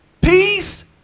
Peace